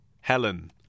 Helen